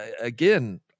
again